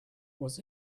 was